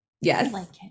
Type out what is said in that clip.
yes